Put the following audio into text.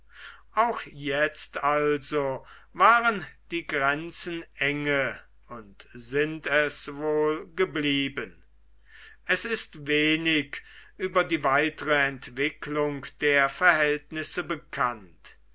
auch jetzt also waren die grenzen enge und sind es wohl geblieben es ist wenig über die weitere entwicklung der verhältnisse bekannt